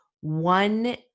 one